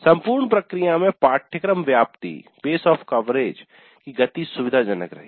संपूर्ण प्रक्रिया में पाठ्यक्रम व्याप्ति की गति सुविधाजनक रही